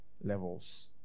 levels